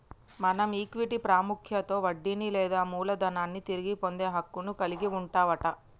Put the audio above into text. మనం ఈక్విటీ పాముఖ్యతలో వడ్డీని లేదా మూలదనాన్ని తిరిగి పొందే హక్కును కలిగి వుంటవట